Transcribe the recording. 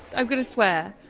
i'm going to swear.